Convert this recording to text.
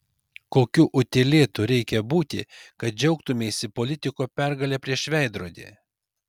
kokiu utėlėtu reikia būti kad džiaugtumeisi politiko pergale prieš veidrodį